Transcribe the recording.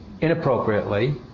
inappropriately